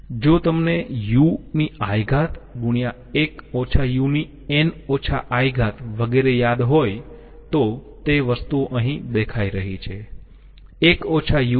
જો તમને ui x n i વગેરે યાદ હોય તો તે વસ્તુઓ અહીં દેખાઈ રહી છે